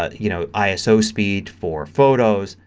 ah you know iso speed for photos,